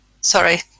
Sorry